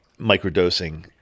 microdosing